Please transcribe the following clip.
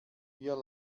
wir